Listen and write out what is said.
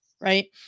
Right